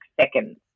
seconds